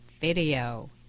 video